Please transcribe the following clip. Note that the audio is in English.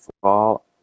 fall